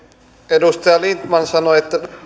edustaja lindtman sanoi että